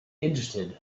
interested